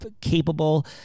capable